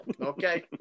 okay